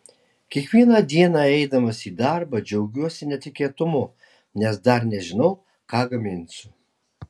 kiekvieną dieną eidamas į darbą džiaugiuosi netikėtumu nes dar nežinau ką gaminsiu